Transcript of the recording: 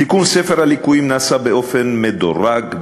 תיקון ספר הליקויים נעשה באופן מדורג,